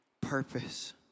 purpose